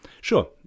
Sure